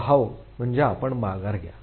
बहाव म्हणजे आपण माघार घ्या